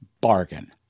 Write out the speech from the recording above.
bargain